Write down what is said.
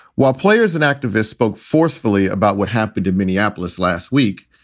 while players and activists spoke forcefully about what happened in minneapolis last week,